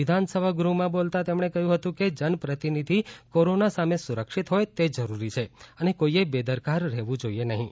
વિધાનસભા ગૃહમાં બોલતા તેમણે કહ્યું હતું કે જનપ્રતિભિધિ કોરોના સામે સુરક્ષિત હોય તે જરૂરી છે અને કોઈએ બેદરકાર રહેવું જોઈએ નહીં